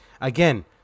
again